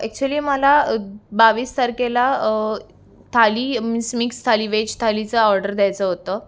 actually मला बावीस तारखेला थाली मिस मिक्स थाली व्हेज थालीचा ऑर्डर द्यायचं होतं